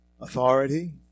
authority